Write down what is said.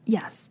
Yes